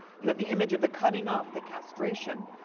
you have the image of the cutting off, the castration,